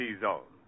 T-zone